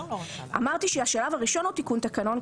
אמרתי שהשלב הראשון הוא תיקון תקנון,